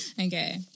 Okay